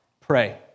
Pray